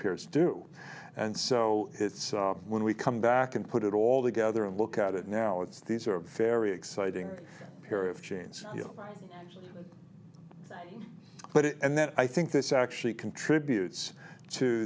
peers do and so when we come back and put it all together and look at it now it's these are very exciting pair of jeans you get it and then i think this actually contributes to